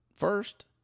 First